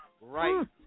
right